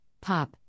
pop